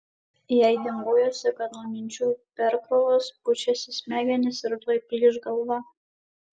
jai dingojosi kad nuo minčių perkrovos pučiasi smegenys ir tuoj plyš galva